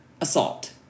assault